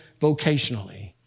vocationally